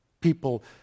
people